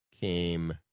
came